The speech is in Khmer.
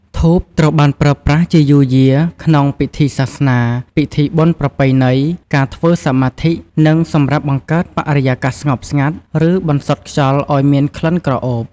ធូបត្រូវបានប្រើប្រាស់ជាយូរយារ ក្នុងពិធីសាសនា ពិធីបុណ្យប្រពៃណី ការធ្វើសមាធិ និងសម្រាប់បង្កើតបរិយាកាសស្ងប់ស្ងាត់ ឬបន្សុទ្ធខ្យល់ឱ្យមានក្លិនក្រអូប។